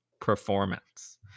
performance